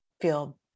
feel